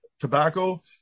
tobacco